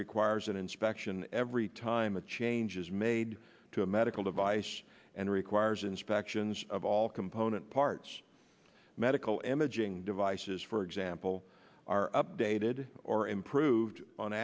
requires an inspection every time a change is made to a medical device and requires inspections of all component parts medical imaging devices for example are updated or improved on